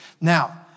Now